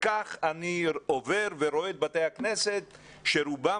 כך אני עובר ורואה את בתי הכנסת שרובם